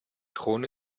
krone